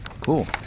Cool